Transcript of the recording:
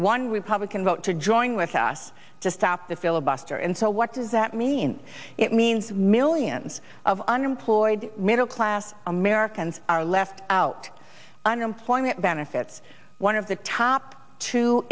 one republican vote to join with us just stop the filibuster and so what does that mean it means millions of unemployed middle class americans are left out unemployment benefits one of the top two